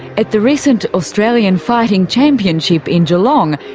at the recent australian fighting championship in geelong,